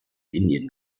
indien